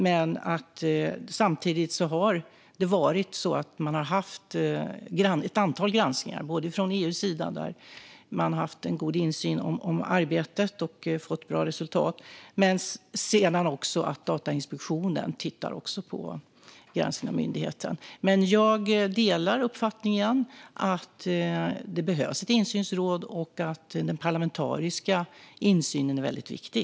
Men samtidigt har det skett ett antal granskningar av myndigheten från EU:s sida, som har god insyn i arbetet och fått bra resultat, och från Datainspektionen. Jag delar uppfattningen att det behövs ett insynsråd, och den parlamentariska insynen är viktig.